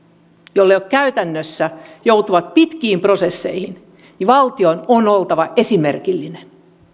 kun käytännössä joudutaan pitkiin prosesseihin niin valtion on oltava esimerkillinen